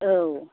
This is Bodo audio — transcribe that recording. औ